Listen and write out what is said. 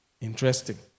Interesting